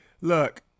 look